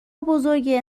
بزرگه